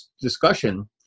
discussion